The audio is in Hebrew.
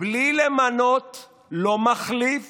בלי למנות לא מחליף